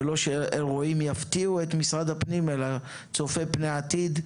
ולא שאירועים יפתיעו את משרד הפנים אלא צופה פני עתיד,